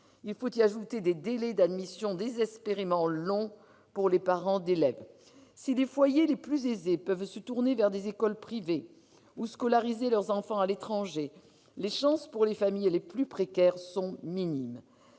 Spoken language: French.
situation des délais d'admission désespérément longs pour les parents d'élèves. Si les foyers les plus aisés peuvent se tourner vers des écoles privées ou scolariser leurs enfants à l'étranger, les chances pour les familles les plus précaires sont minimes.